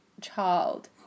child